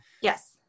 Yes